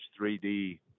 3d